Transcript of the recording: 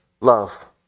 love